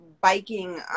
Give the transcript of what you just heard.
biking